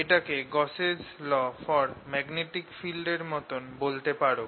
এটাকে Gauss's law for magnetic field Gausss law for magnetic field এর মতন বলতে পারো